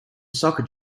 soccer